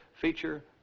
feature